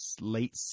late